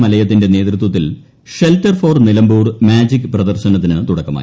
മലയത്തിന്റെ നേതൃത്വത്തിൽ shelter for Nilambur magic പ്രദർശനത്തിനു തുടക്കമായി